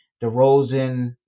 DeRozan